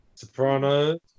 Sopranos